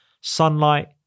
Sunlight